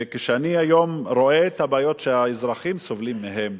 וכשאני היום רואה את הבעיות שהאזרחים סובלים מהן,